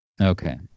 Okay